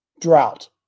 Drought